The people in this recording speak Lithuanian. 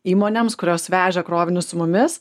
įmonėms kurios veža krovinius su mumis